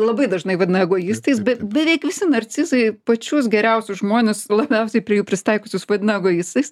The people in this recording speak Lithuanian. labai dažnai vadina egoistais be beveik visi narcizai pačius geriausius žmones labiausiai prie jų prisitaikiusius vadina egoistais